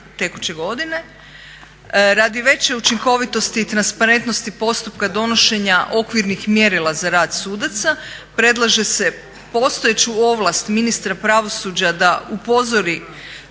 tekuće godine. Radi veće učinkovitosti i transparentnosti postupka donošenja okvirnih mjerila za rad sudaca predlaže se postojeću ovlast ministra pravosuđa da upozori